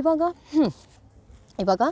ಇವಾಗ ಹ್ಞೂ ಇವಾಗ